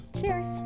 Cheers